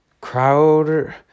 crowder